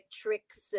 tricks